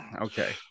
Okay